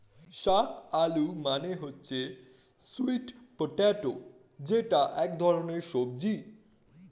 শাক আলু মানে হচ্ছে স্যুইট পটেটো যেটা এক ধরনের সবজি